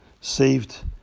saved